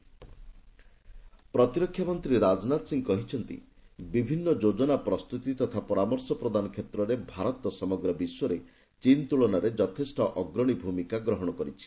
ରାଜନାଥ ସିଂହ ପ୍ରତିରକ୍ଷା ମନ୍ତ୍ରୀ ରାଜନାଥ ସିଂହ କହିଛନ୍ତି ବିଭିନ୍ନ ଯୋଜନା ପ୍ରସ୍ତୁତି ତଥା ପରାମର୍ଶ ପ୍ରଦାନ କ୍ଷେତ୍ରରେ ଭାରତ ସମଗ୍ର ବିଶ୍ୱରେ ଚୀନ ତୁଳନାରେ ଯଥେଷ୍ଟ ଅଗ୍ରଣୀ ଭୂମିକା ଗ୍ରହଣ କରିଛି